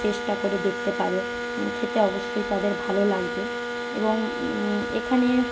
চেষ্টা করে দেখতে পারে খেতে অবশ্যই তাদের ভালো লাগবে এবং এখানে